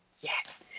Yes